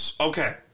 Okay